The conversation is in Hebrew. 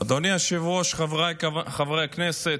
אדוני היושב-ראש, חבריי חברי הכנסת,